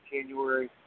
January